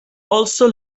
also